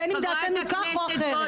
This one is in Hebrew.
בין אם דעתנו כך או אחרת.